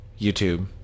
youtube